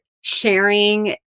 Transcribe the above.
sharing